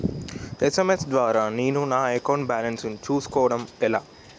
SMS ద్వారా నేను నా అకౌంట్ బాలన్స్ చూసుకోవడం ఎలా?